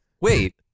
wait